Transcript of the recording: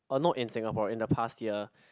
oh not in Singapore in the past year